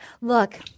look